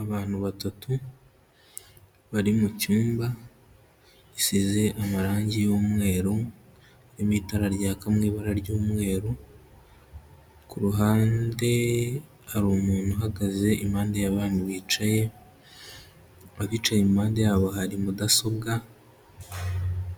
Abantu batatu bari mucmba gisize amarangi yumweru, harimo itara ryaka mu ibara ry'umweru, kuruhande hari umuntu uhagaze impande y'abantu bicaye, abicaye impande yabo hari mudasobwa,